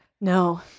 No